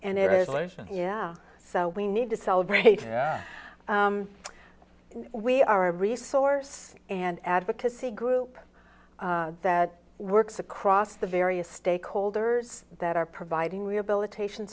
and yeah so we need to celebrate we are a resource and advocacy group that works across the various stakeholders that are providing rehabilitation